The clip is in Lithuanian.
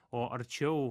o arčiau